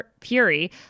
fury